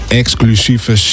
exclusieve